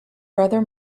brother